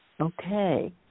Okay